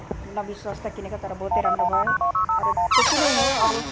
न विश्वास त किनेको तर बहुतै राम्रो भयो अरू त्यति नै हो अरू